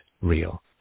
real